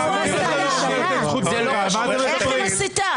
איך היא מסיתה.